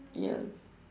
ya